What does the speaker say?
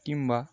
କିମ୍ବା